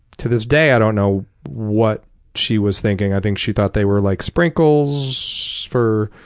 to this day, i don't know what she was thinking, i think she thought they were like sprinkles for